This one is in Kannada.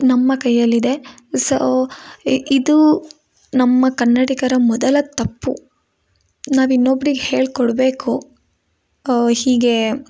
ನಮ್ಮ ಕೈಯಲ್ಲಿದೆ ಸೊ ಇದು ನಮ್ಮ ಕನ್ನಡಿಗರ ಮೊದಲ ತಪ್ಪು ನಾವು ಇನ್ನೊಬ್ರಿಗೆ ಹೇಳ್ಕೊಡಬೇಕು ಹೀಗೆ